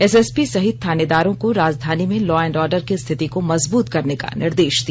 SSP सहित थानेदारों को राजधानी में लॉ एंड ऑर्डर की स्थिति को मजबूत करने का निर्देश दिया